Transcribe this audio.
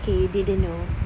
it's okay they don't know